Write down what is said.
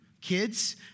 kids